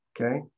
Okay